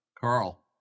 Carl